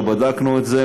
כשבדקנו את זה,